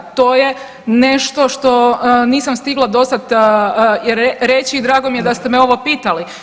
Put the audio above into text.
To je nešto što nisam stigla dosad reći i drago mi je da ste me ovo pitali.